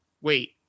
wait